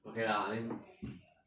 okay lah then